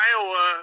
Iowa